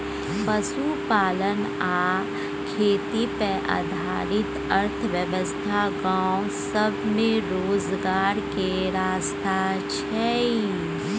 पशुपालन आ खेती पर आधारित अर्थव्यवस्था गाँव सब में रोजगार के रास्ता छइ